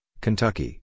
Kentucky